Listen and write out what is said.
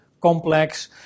complex